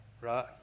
right